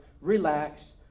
Relax